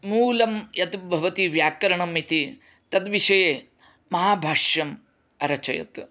मूलं यत् भवति व्याकरणम् इति तद्विषये महाभाष्यम् अरचयत्